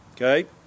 Okay